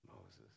Moses